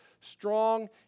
strong